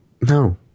No